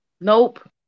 Nope